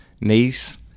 niece